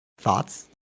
Thoughts